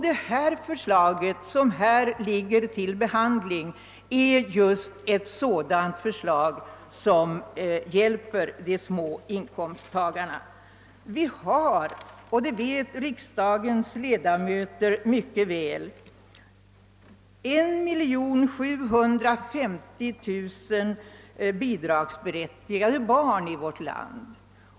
Det förslag som nu föreligger till behandling är just ett sådant förslag som hjälper de små inkomsttagarna. Vi har, och det vet riksdagens ledamöter mycket väl, 1750 000 barnbidragsberättigade barn i vårt land.